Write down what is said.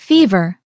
Fever